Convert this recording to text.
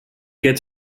get